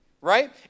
right